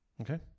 Okay